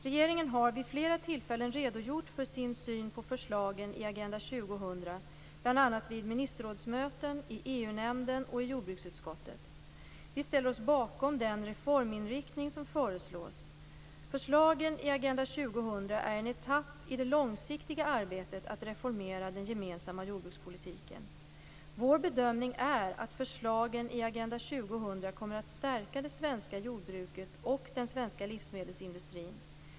Regeringen har vid flera tillfällen redogjort för sin syn på förslagen i Agenda 2000 - bl.a. vid ministerrådsmöten, i EU-nämnden och i jordbruksutskottet. Vi ställer oss bakom den reforminriktning som föreslås. Förslagen i Agenda 2000 är en etapp i det långsiktiga arbetet att reformera den gemensamma jordbrukspolitiken. Vår bedömning är att förslagen i Agenda 2000 kommer att stärka det svenska jordbruket och den svenska livsmedelsindustrin.